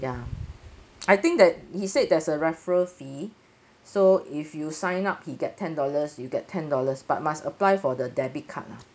ya I think that he said there's a referral fee so if you sign up he get ten dollars you get ten dollars but must apply for the debit card lah